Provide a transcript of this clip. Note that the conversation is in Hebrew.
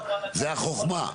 זו החוכמה.